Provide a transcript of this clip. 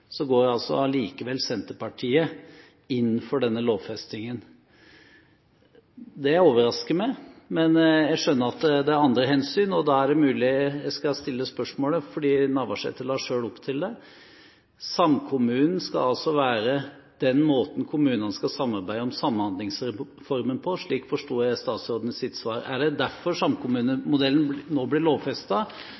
går allikevel Senterpartiet inn for denne lovfestingen. Det overrasker meg, men jeg skjønner at det er andre hensyn, og da er det mulig jeg skal stille spørsmålet, fordi Navarsete selv la opp til det: Samkommunen skal altså være den måten kommunene skal samarbeide om Samhandlingsreformen på, slik forsto jeg statsrådens svar. Er det derfor